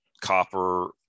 copper